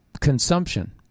consumption